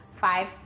Five